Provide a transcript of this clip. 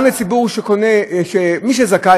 מי שזכאי,